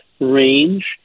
range